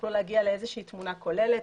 יוכלו להגיע לאיזושהי תמונה כוללת.